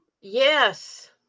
Yes